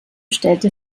stellte